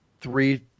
three